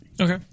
Okay